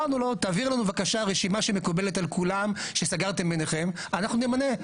אמרנו לו שיעביר לנו רשימה שמקובלת על כולם שסגרתם ביניכם ואנחנו נמנה.